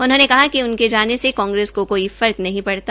उन्होंने कहा कि उनके जाने से कांग्रेस को कोई फर्क नहीं पड़ता